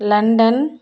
London